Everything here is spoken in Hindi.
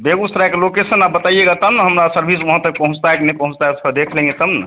बेगूसराय का लोकेशन आप बताइएगा तब ना हमारी सर्विस वहाँ तक पहुँचती है कि नहीं पहुँचती है उसका देख लेंगे तब ना